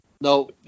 No